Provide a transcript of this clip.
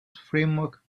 framework